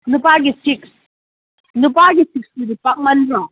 ꯅꯨꯄꯥꯒꯤ ꯁꯤꯛꯁ ꯅꯨꯄꯥꯒꯤ ꯁꯤꯛꯁꯇꯨꯗꯤ ꯄꯥꯛꯃꯟꯗ꯭ꯔꯣ